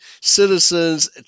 citizens